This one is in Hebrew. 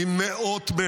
עם מאות מהן,